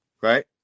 right